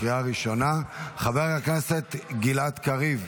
חבר הכנסת גלעד קריב,